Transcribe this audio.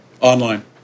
Online